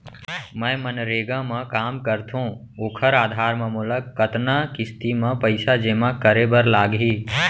मैं मनरेगा म काम करथो, ओखर आधार म मोला कतना किस्ती म पइसा जेमा करे बर लागही?